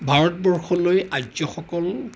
ভাৰতবৰ্ষলৈ আৰ্যসকল